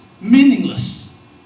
meaningless